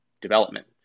development